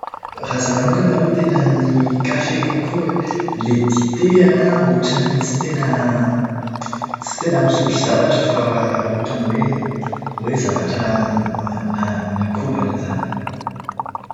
raha izaho manokana aloha tena ny kafe kokoa e. Ilay dite an, ohatran'ny hoe tsy tena tsy tena misotro zavatra fa ohatran'ny hoe zavatra ma- na- nakobana izany.